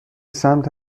سمت